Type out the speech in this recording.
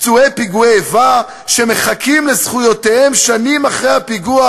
פצועי פיגועי איבה שמחכים לזכויותיהם שנים אחרי הפיגוע,